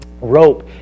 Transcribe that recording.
rope